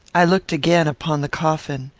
i looked again upon the coffin.